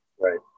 right